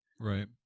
Right